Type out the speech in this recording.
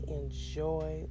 enjoy